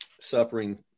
suffering